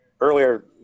earlier